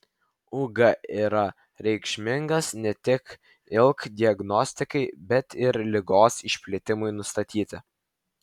ug yra reikšmingas ne tik ilk diagnostikai bet ir ligos išplitimui nustatyti